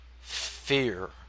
fear